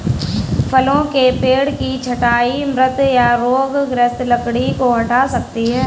फलों के पेड़ की छंटाई मृत या रोगग्रस्त लकड़ी को हटा सकती है